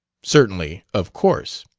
certainly of course.